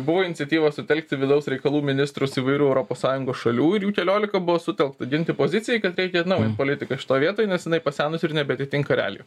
buvo iniciatyva sutelkti vidaus reikalų ministrus įvairių europos sąjungos šalių ir jų keliolika buvo sutelkta ginti pozicijai kad reikia atnaujint politiką šitoj vietoj nes jinai pasenusi ir nebeatitinka realijų